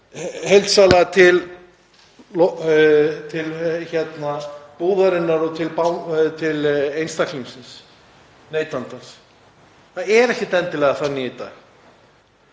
heildsala, til búðarinnar og til einstaklingsins, neytandans. Það er ekkert endilega þannig í dag.